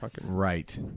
Right